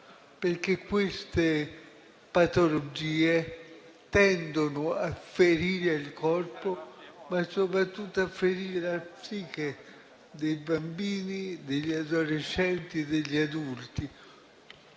perché queste patologie tendono a ferire il corpo, ma soprattutto a ferire la psiche dei bambini, degli adolescenti e degli adulti